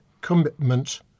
commitment